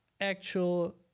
actual